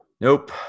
Nope